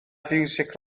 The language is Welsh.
fiwsig